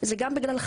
זה גם בגללו.